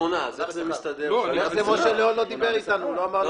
משה ליאון דיבר אתך?